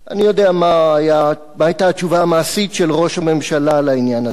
אני יודע מה היתה התשובה המעשית של ראש הממשלה לעניין הזה.